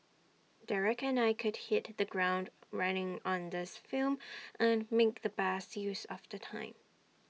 Derek and I could hit the ground running on this film and make the best use of the time